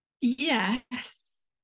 Yes